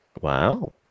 Wow